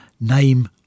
name